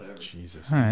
Jesus